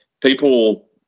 people